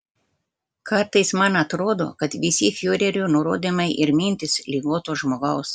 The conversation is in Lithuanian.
kartais man atrodo kad visi fiurerio nurodymai ir mintys ligoto žmogaus